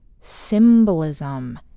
symbolism